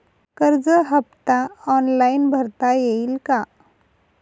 कर्ज हफ्ता ऑनलाईन भरता येईल का?